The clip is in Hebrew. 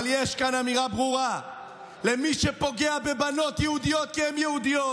אבל יש כאן אמירה ברורה למי שפוגע בבנות יהודית כי הן יהודיות,